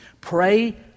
pray